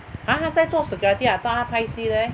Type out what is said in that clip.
!huh! 他在做 security I thought 他拍戏 leh